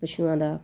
ਪਸ਼ੂਆਂ ਦਾ